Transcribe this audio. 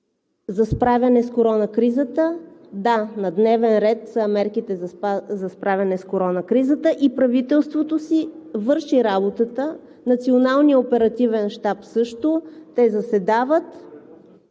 за справяне с коронакризата. Да, на дневен ред са мерките за справяне с коронакризата и правителството си върши работата, Националният оперативен щаб също. Те заседават,